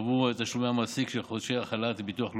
עבור תשלומי המעסיק על חודשי החל"ת לביטוח הלאומי,